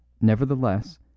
Nevertheless